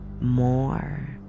more